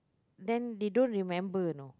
then they don't remember know